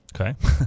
okay